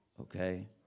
okay